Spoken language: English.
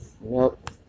Nope